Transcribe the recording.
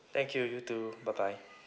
thank you you too bye bye